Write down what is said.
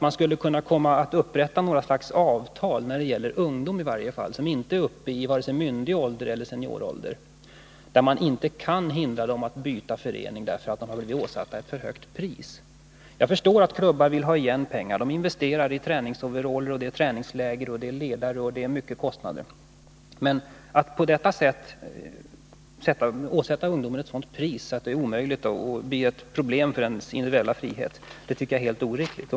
Man skulle kunna upprätta något slags avtal när det gäller ungdom, vilka skulle avse alla de fall där dessa inte är uppe i vare sig myndig ålder eller seniorålder och där man inte kan hindra dem från att byta förening, därför att de har blivit åsatta ett för högt pris. Jag förstår att klubbar vill ha igen pengar. De investerar i träningsoveraller, de har träningsläger, ledare och över huvud taget mycket kostnader. Men att på det sätt som sker åsätta ungdomar ett sådant pris att det blir ett problem för deras individuella frihet, det tycker jag är helt oriktigt.